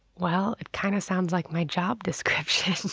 well, it kind of sounds like my job description.